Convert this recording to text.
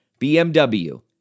BMW